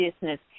business